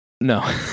no